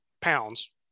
pounds